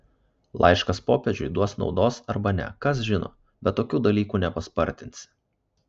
laiškas popiežiui duos naudos arba ne kas žino bet tokių dalykų nepaspartinsi